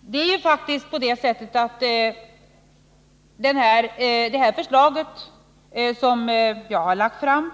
Det förslag som jag har lagt fram